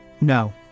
no